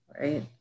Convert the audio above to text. right